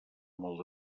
molt